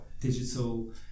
digital